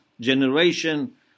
generation